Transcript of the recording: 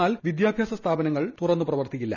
എന്നാൽ വിദ്യാഭ്യാസ സ്ഥാപനങ്ങൾ തുറക്കില്ല